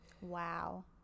Wow